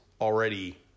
already